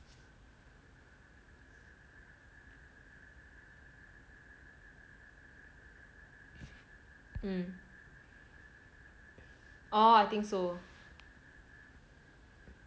orh I think so